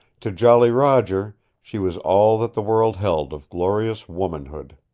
to jolly roger she was all that the world held of glorious womanhood.